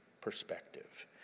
perspective